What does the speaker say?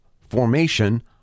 formation